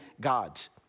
God's